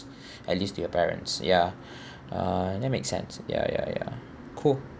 at least your parents ya uh and it makes sense ya ya ya cool